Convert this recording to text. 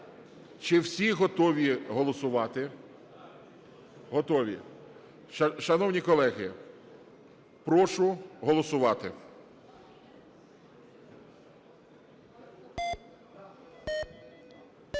Чи всі готові голосувати? Готові? Шановні колеги, прошу голосувати.